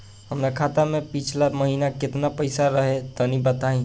हमरा खाता मे पिछला महीना केतना पईसा रहे तनि बताई?